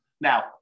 Now